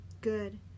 good